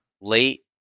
late